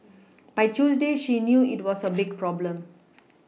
by Tuesday she knew it was a big problem